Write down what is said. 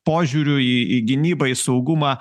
požiūrių į į gynybą į saugumą